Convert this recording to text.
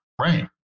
right